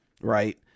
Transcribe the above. right